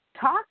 talk